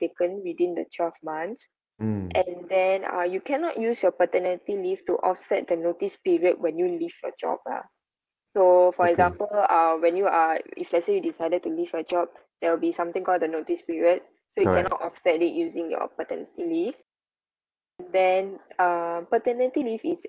taken within the twelve months and then uh you cannot use your paternity leave to offset the notice period when you leave your job ah so for example uh when you are if let's say you decided to leave your job there will be something called the notice period so you cannot offset it using your paternity leave and then uh paternity leave is